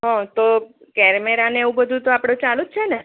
હં તો કેમેરા ને એવું બધું તો આપણે ચાલુ જ છે ને